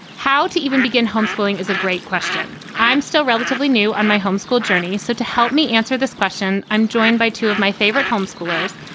how to even begin homeschooling is a great question. i'm still relatively new on my homeschool journey. so to help me answer this question, i'm joined by two of my favorite homeschoolers.